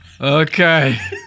Okay